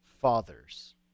fathers